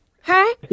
Hi